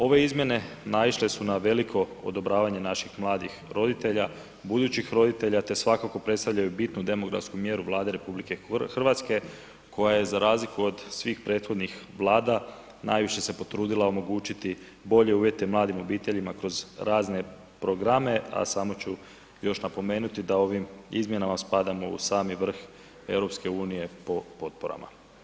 Ove izmjene naišle su na veliko odobravanje naših mladih roditelja, budućih roditelja te svakako predstavljaju bitnu demografsku mjeru Vlade RH koja je za razliku od svih prethodnih vlada najviše se potrudila omogućiti bolje uvjete mladim obiteljima kroz razne programe, a samo ću još napomenuti da ovim izmjenama spadamo u sami vrh EU po potporama.